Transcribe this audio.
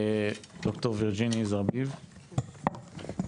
דוקטור ז'רמי זרביב בבקשה.